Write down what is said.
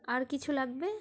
আর কিছু লাগবে